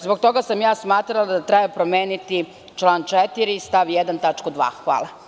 Zbog toga sam smatrala da treba promeniti član 4. stav 1. tačku 2. Hvala.